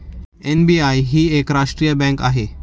SBI ही एक राष्ट्रीय बँक आहे